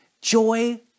Joy